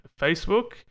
Facebook